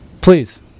Please